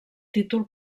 títol